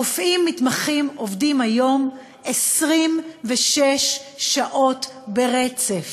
רופאים מתמחים עובדים היום 26 שעות ברצף,